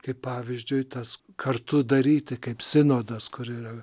kaip pavyzdžiui tas kartu daryti kaip sinodas kar yra